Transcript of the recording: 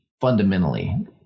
fundamentally